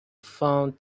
found